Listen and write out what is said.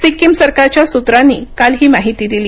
सिक्किम सरकारच्या सूत्रांनी काल ही माहिती दिली